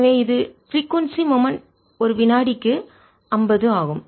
எனவே இது பிரீகொன்சி அதிர்வெண் மொமெண்ட் ஒரு வினாடிக்கு 50 ஆகும்